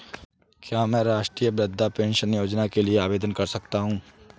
क्या मैं राष्ट्रीय वृद्धावस्था पेंशन योजना के लिए आवेदन कर सकता हूँ?